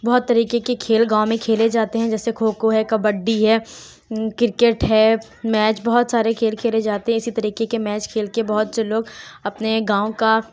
بہت طریقے کے کھیل گاؤں میں کھیلے جاتے ہیں جیسے کھو کھو ہے کبڈی ہے کرکٹ ہے میچ بہت سارے کھیل کھیلے جاتے ہیں اسی طریقے کے میچ کھیل کے بہت سے لوگ اپنے گاؤں کا